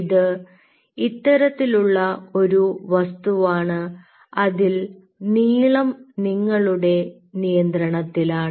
ഇത് ഇത്തരത്തിലുള്ള ഒരു വസ്തുവാണ് അതിൽ നീളം നിങ്ങളുടെ നിയന്ത്രണത്തിലാണ്